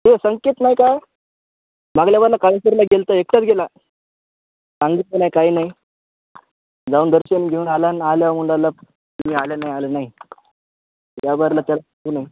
तो संकेत नाही काय मागल्यावरनं काळेश्वरला गेलं होतं एकटंच गेला सांगितलं नाही काही नाही जाऊन दर्शन घेऊन आल्या न आल्यावर उंडारला तुम्ही आले नाही आलं नाही या बारला त्याला नाही